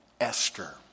Esther